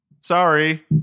Sorry